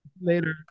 Later